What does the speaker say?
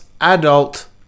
Adult